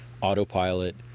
Autopilot